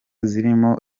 zirimo